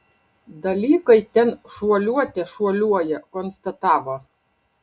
dalykai ten šuoliuote šuoliuoja konstatavo